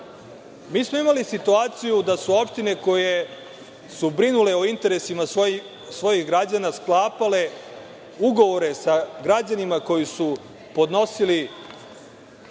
Mi smo imali situaciju da su opštine koje su brinule o interesima svojih građana sklapale ugovore sa građanima koji su podnosili